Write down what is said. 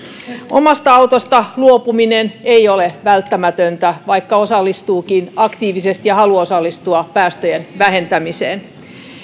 omasta autosta luopuminen ei ole välttämätöntä vaikka osallistuukin aktiivisesti ja haluaa osallistua päästöjen vähentämiseen